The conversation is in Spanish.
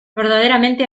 verdaderamente